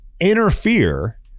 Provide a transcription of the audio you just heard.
interfere